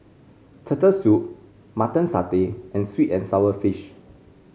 Turtle Soup Mutton Satay and sweet and sour fish